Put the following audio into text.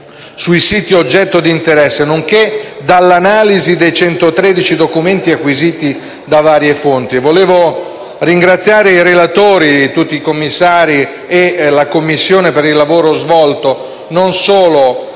sui siti oggetto di interesse nonché dell'analisi dei 113 documenti acquisiti da varie fonti. Vorrei ringraziare i relatori e tutti i commissari per il lavoro svolto, non solo